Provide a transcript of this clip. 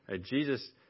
Jesus